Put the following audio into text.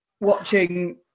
watching